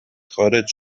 خارج